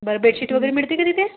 बरं बेडशिट वगैरे मिळते का तिथे